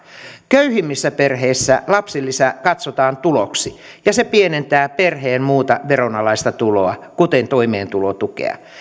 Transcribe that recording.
köyhimmissä perheissä lapsilisä katsotaan tuloksi ja se pienentää perheen muuta veronalaista tuloa kuten toimeentulotukea